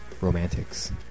Romantics